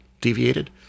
deviated